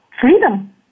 Freedom